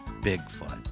Bigfoot